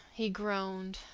he groaned,